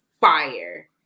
fire